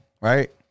right